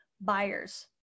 buyers